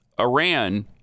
Iran